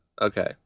Okay